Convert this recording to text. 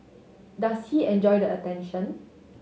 does he enjoy the attention